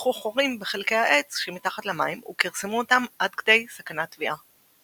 שקדחו חורים בחלקי העץ שמתחת למים וכירסמו אותם עד כדי סכנת טביעה.